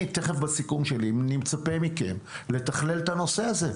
בסיכום שלי אני אומר שאני מצפה מכם לתכלל את הנושא הזה.